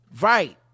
Right